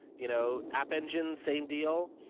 you know app engine, same deal.